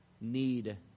need